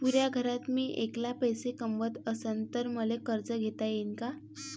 पुऱ्या घरात मी ऐकला पैसे कमवत असन तर मले कर्ज घेता येईन का?